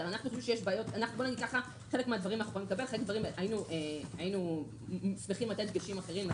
חלק מהדברים היינו שמחים לתת דגשים אחרים,